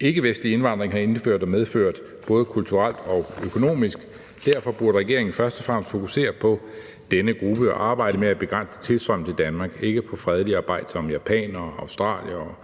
ikkevestlig indvandring har medført, både kulturelt og økonomisk. Derfor burde regeringen først og fremmest fokusere på denne gruppe og arbejde med at begrænse tilstrømningen til Danmark – ikke for fredelige og arbejdsomme japanere, australiere